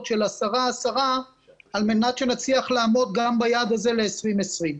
של עשרה ועשרה על מנת שנצליח לעמוד גם ביעד הזה ל-2020.